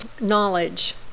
knowledge